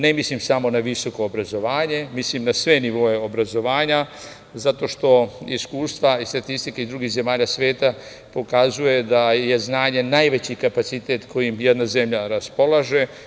Ne mislim samo na visoko obrazovanje, mislim na sve nivoe obrazovanja zato što iskustva i statistike iz drugih zemalja sveta pokazuje da je znanje najveći kapacitet kojim jedna zemlja raspolaže.